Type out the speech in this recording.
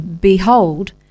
Behold